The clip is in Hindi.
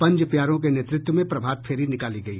पंज प्यारों के नेतृत्व में प्रभात फेरी निकाली गई